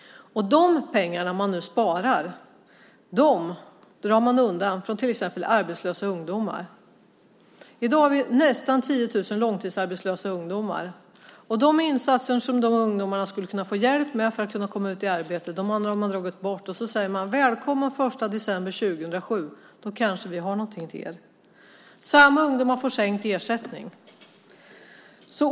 De pengar man nu sparar drar man undan från till exempel arbetslösa ungdomar. I dag har vi nästan 10 000 långtidsarbetslösa ungdomar. De insatser som de ungdomarna skulle kunna få hjälp med för att kunna komma ut i arbete har man dragit bort. Så säger man: Välkommen den 1 december 2007! Då kanske vi har något till er. Samma ungdomar får sänkt ersättning.